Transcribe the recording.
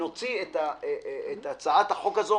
נחוקק את הצעת החוק הזאת,